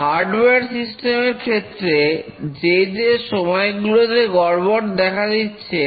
hardware system এর ক্ষেত্রে যে যে সময়গুলোতে গড়বড় দেখা দিচ্ছে